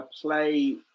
play